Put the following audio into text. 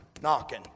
Knocking